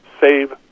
Save